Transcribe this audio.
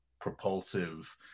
propulsive